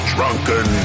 Drunken